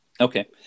okay